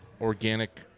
organic